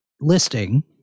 listing